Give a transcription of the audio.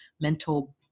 mental